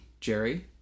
Jerry